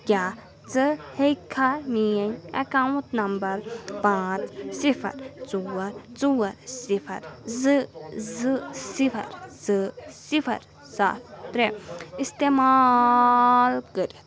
کیٛاہ ژٕ ہیٚکِکھا میٛٲنۍ اَکاوُنٛٹ نمبر پانٛژھ صِفر ژور ژور صِفر زٕ زٕ صِفر زٕ صِفر سَتھ ترٛےٚ اِستعمال کٔرِتھ